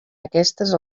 aquestes